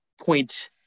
point